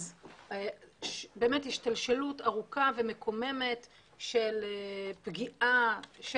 באמת השתלשלות ארוכה ומקוממת של פגיעה של